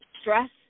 stress